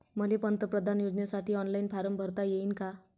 मले पंतप्रधान योजनेसाठी ऑनलाईन फारम भरता येईन का?